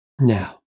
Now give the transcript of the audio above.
Now